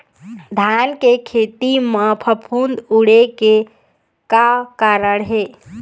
धान के खेती म फफूंद उड़े के का कारण हे?